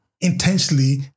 intentionally